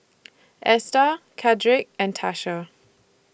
Esta Chadrick and Tasha